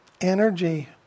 Energy